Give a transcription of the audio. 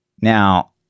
Now